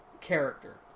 character